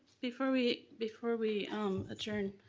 before we, before we adjourn,